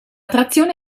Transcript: trazione